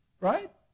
right